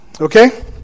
okay